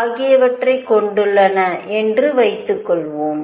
ஆகியவற்றைக் கொண்டுள்ளன என்று வைத்துக்கொள்வோம்